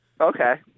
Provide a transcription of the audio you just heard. Okay